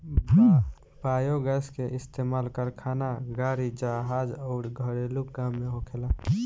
biogas के इस्तमाल कारखाना, गाड़ी, जहाज अउर घरेलु काम में होखेला